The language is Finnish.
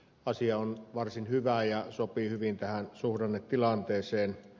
asia on varsin hyvä ja sopii hyvin tähän suhdannetilanteeseen